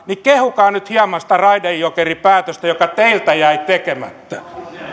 kehukaa nyt hieman sitä raide jokeri päätöstä joka teiltä jäi tekemättä